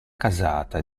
casata